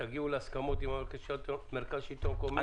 תגיעו להסכמות עם מרכז השלטון המקומי,